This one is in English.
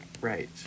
right